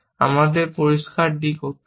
আমাদের পরিষ্কার d করতে হবে